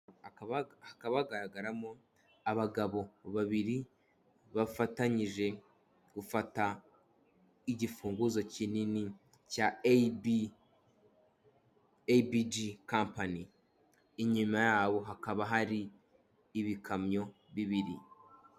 Hakaba hagaragaramo abagabo babiri bafatanyije gufata igifunguzo kinini cya ebiji kampani, inyuma yabo hakaba hari ibikamyo bibiri.